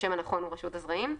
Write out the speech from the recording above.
השם הנכון הוא רשות הזרעים,